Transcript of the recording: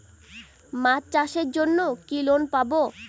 মাছ চাষের জন্য কি লোন পাব?